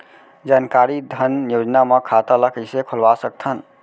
जानकारी धन योजना म खाता ल कइसे खोलवा सकथन?